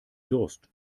durst